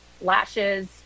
lashes